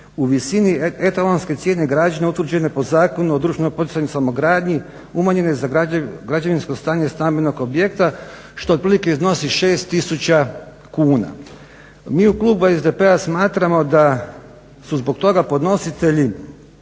u visini … građenja utvrđene po Zakonu o društveno poticajnoj stanogradnji umanjenje za građevinsko stanje stambenog objekta, što otprilike iznosi 6 tisuća kuna. Mi u klubu SDP-a smatramo da su zbog toga podnositelji